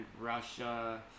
Russia